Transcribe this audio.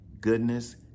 goodness